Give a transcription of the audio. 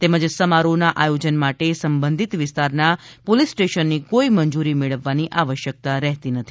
તેમજ સમારોહના આયોજન માટે સંબંધિત વિસ્તારના પોલીસ સ્ટેશનની કોઇ મંજૂરી મેળવવાની આવશ્યકતા રહેતી નથી